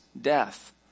death